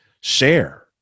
share